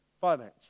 finance